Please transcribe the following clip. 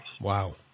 Wow